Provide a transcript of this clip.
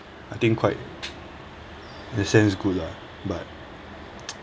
I think quite in a sense good lah but